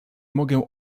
mogę